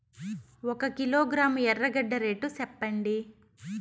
ఒక కిలోగ్రాము ఎర్రగడ్డ రేటు సెప్పండి?